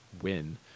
win